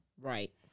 right